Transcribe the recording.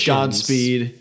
Godspeed